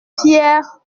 pierre